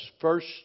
first